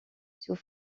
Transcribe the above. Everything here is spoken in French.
sous